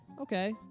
Okay